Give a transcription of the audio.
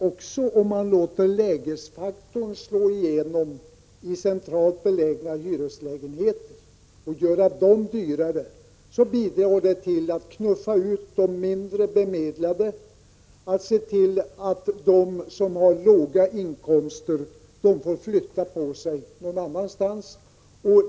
Också att låta lägesfaktorn slå igenom för centralt belägna hyreslägenheter och fördyra dessa bidrar till att de mindre bemedlade knuffas ut. De som har låga inkomster får då flytta någon annanstans.